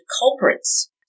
culprits